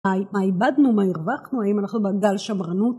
‫מה איבדנו, מה הרווחנו, ‫האם אנחנו בגל שמרנות?